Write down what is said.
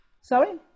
Sorry